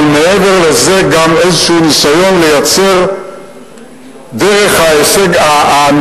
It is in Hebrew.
אבל מעבר לזה גם איזשהו ניסיון לייצר דרך הניהול